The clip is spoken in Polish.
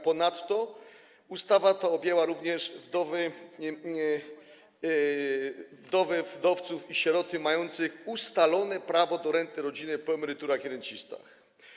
Ponadto ustawa ta objęła również wdowy, wdowców i sieroty mających ustalone prawo do renty rodzinnej po emerytach i rencistach.